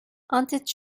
ante